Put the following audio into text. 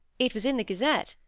it was in the gazette.